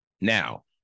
Now